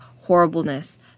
horribleness